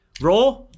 Raw